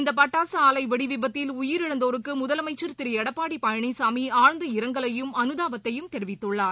இந்த பட்டாக ஆலை வெடிவிபத்தில் உயிரிழந்தோருக்கு முதலமைச்சர் திரு எடப்பாடி பழனிசாமி ஆழ்ந்த இரங்கலையும் அனுதாபத்தையும் தெரிவித்துள்ளார்